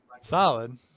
Solid